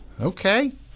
Okay